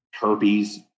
herpes